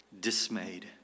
dismayed